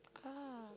ah